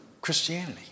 Christianity